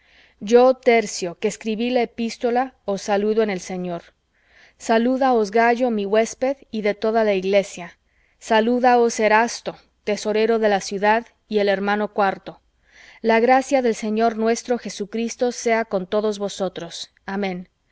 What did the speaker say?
yo tercio que escribí la epístola os saludo en el señor salúdaos gayo mi huésped y de toda la iglesia salúdaos erasto tesorero de la ciudad y el hermano cuarto la gracia del señor nuestro jesucristo sea con todos vosotros amén